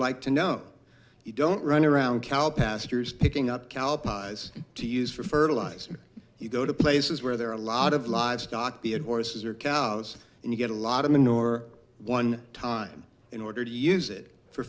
like to know you don't run around cow pastures picking up cow pies to use for fertilizer you go to places where there are a lot of livestock theodore's or cows and you get a lot of nor one time in order to use it for